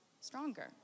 stronger